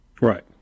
Right